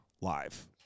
live